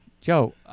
Joe